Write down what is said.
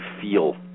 feel